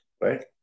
right